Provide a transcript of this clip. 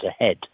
ahead